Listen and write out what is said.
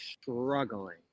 struggling